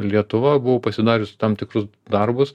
lietuva buvo pasidariusi tam tikrus darbus